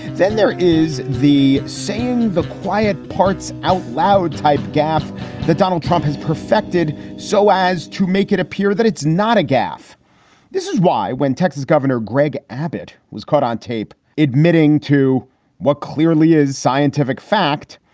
then there is the same. the quiet parts outloud type gaffe that donald trump has perfected so as to make it appear that it's not a gaffe this is why when texas gov. and greg abbott was caught on tape admitting to what clearly is scientific fact,